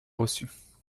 reçues